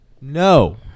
No